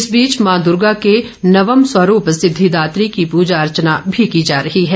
इस बीच मां दूर्गा के नवम स्वरूप सिद्धिदात्री की प्रजा अर्चना भी की जा रही है